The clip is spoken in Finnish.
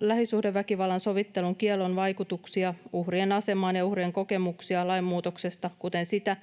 lähisuhdeväkivallan sovittelun kiellon vaikutuksia uhrien asemaan ja uhrien kokemuksia lainmuutoksesta, kuten sitä,